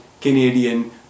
Canadian